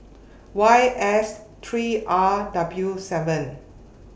Y S three R W seven